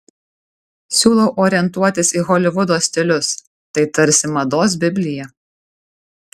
siūlau orientuotis į holivudo stilius tai tarsi mados biblija